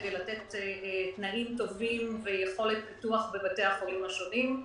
כדי לתת תנאים טובים ויכולת פיתוח בבתי החולים השונים.